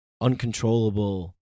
uncontrollable